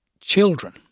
children